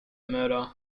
murder